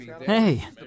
Hey